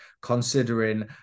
considering